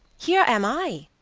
here am i,